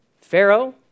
Pharaoh